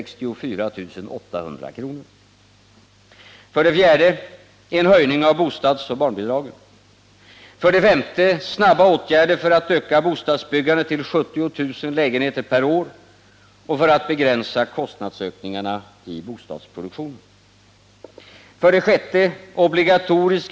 5. Snabba åtgärder för att öka bostadsbyggandet till 70 000 lägenheter per år och för att begränsa kostnadsökningarna i bostadsproduktionen. 9.